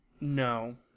No